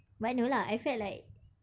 but no lah I felt like